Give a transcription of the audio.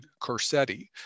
corsetti